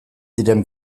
diren